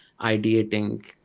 ideating